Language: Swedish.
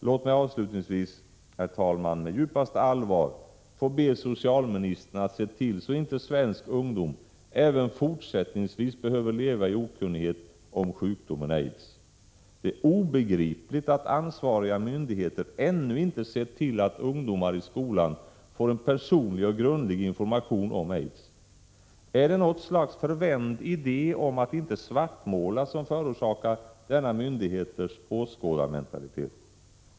Låt mig, herr talman, med djupaste allvar få be socialministern att se till att inte svensk ungdom även fortsättningsvis behöver leva i okunnighet om sjukdomen aids. Det är obegripligt att ansvariga myndigheter ännu inte sett till att ungdomar i skolan får en personlig och grundlig information om aids. Är det något slags förvänd idé om att inte svartmåla som förorsakar dessa myndigheters åskådarmentalitet?